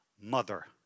mother